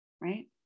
Right